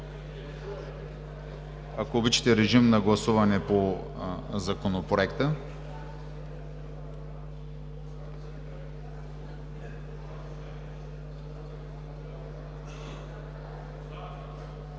Ако обичате, режим на гласуване по Законопроекта.